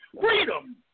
freedom